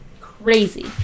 crazy